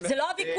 זה לא הוויכוח.